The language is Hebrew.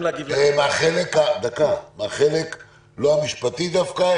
מהחלק לא המשפטי דווקא,